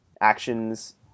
actions